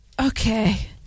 Okay